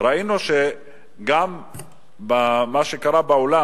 ראינו גם מה שקרה בעולם,